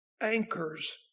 anchors